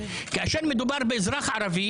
כאשר מדובר באזרח ערבי,